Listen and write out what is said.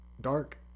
dark